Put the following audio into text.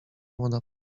młoda